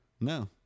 No